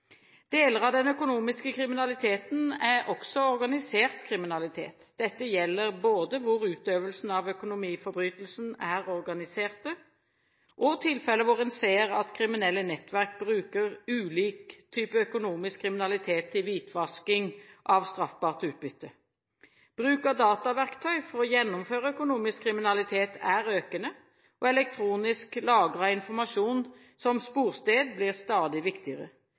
Deler av den økonomiske kriminaliteten er også organisert kriminalitet. Dette gjelder både der hvor utøvelsen av økonomiforbrytelsene er organisert, og tilfeller hvor en ser at kriminelle nettverk bruker ulike typer økonomisk kriminalitet til hvitvasking av straffbart utbytte. Bruk av dataverktøy for å gjennomføre økonomisk kriminalitet er økende, og elektronisk lagret informasjon som sporsted blir stadig viktigere.